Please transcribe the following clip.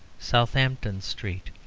southampton street,